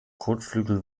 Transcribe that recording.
kotflügel